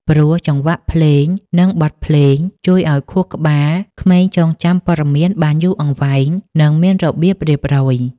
ព្រោះចង្វាក់ភ្លេង និងបទភ្លេងជួយឱ្យខួរក្បាលក្មេងចងចាំព័ត៌មានបានយូរអង្វែង និងមានរបៀបរៀបរយ។